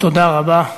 תודה רבה.